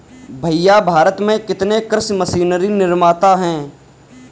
भैया भारत में कितने कृषि मशीनरी निर्माता है?